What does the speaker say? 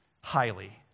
Highly